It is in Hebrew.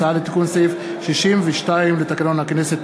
הצעה לתיקון סעיף 62 לתקנון הכנסת.